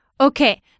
Okay